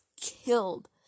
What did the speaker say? killed